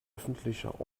öffentlicher